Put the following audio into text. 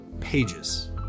pages